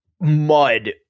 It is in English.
mud